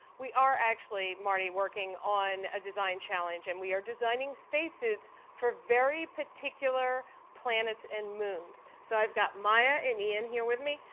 we are actually, marty, working on a design challenge and we are designing spacesuits for very particular planets and moons. so i've got maya and ian here with me.